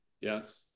Yes